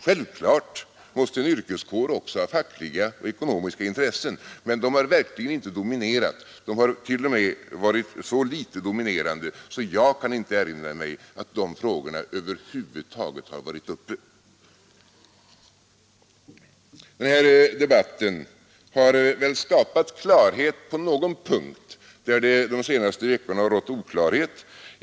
Självfallet måste en yrkeskår också ha fackliga och ekonomiska intressen, men de har verkligen inte dominerat. De har varit så litet dominerande att jag inte kan erinra mig att de frågorna över huvud taget har diskuterats. Denna debatt har väl skapat klarhet på någon punkt där det under de senaste veckorna rått oklarhet.